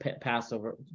Passover